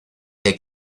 que